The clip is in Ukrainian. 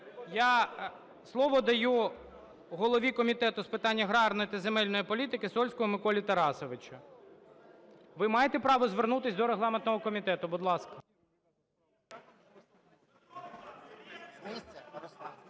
Я слово даю голові Комітету з питань аграрної та земельної політики Сольському Миколі Тарасовичу. Ви маєте право звернутися до регламентного комітету. Будь ласка.